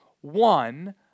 one